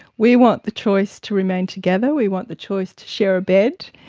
we want the choice to remain together, we want the choice to share a bed,